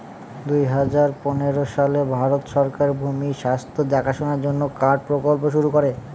দুই হাজার পনেরো সালে ভারত সরকার ভূমির স্বাস্থ্য দেখাশোনার জন্য কার্ড প্রকল্প শুরু করে